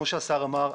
כמו שהשר אמר,